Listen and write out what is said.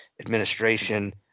administration